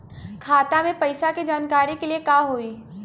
खाता मे पैसा के जानकारी के लिए का होई?